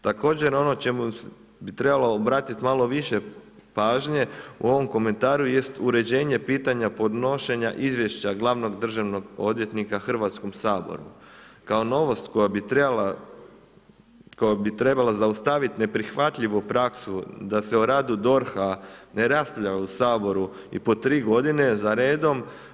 Također ono o čemu bi trebalo obratit malo više pažnje u ovom komentaru jest uređenje pitanja podnošenja izvješća glavnog državnog odvjetnika Hrvatskom saboru kao novost koja bi trebala zaustavit neprihvatljivu praksu da se o radu DORH-a ne raspravlja u Saboru i po tri godine za redom.